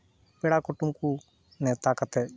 ᱯᱮᱲᱟ ᱠᱩᱴᱩᱢ ᱠᱚ ᱱᱮᱣᱛᱟ ᱠᱟᱛᱮᱫ